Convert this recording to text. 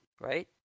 right